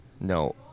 No